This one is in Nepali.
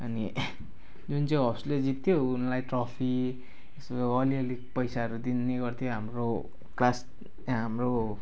अनि जुन चाहिँ हाउसले जित्थ्यो उसलाई ट्रफी अलि अलि पैसाहरू दिने गर्थ्यो हाम्रो क्लास हाम्रो